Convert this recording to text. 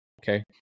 okay